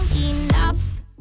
enough